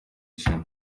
jimmy